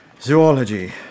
zoology